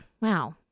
Wow